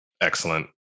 excellent